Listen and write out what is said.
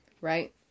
Right